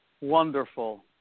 Wonderful